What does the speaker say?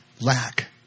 lack